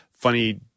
funny